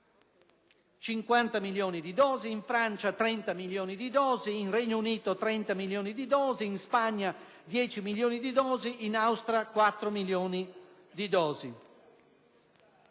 50 milioni di dosi, in Francia 30 milioni di dosi, nel Regno Unito 30 milioni di dosi, in Spagna 10 milioni di dosi e in Austria 4 milioni di dosi.